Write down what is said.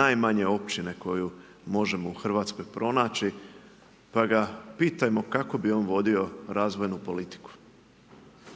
najmanje općine koju možemo u Hrvatskoj pronaći pa ga pitajmo kako bi on vodio razvojnu politiku.